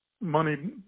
money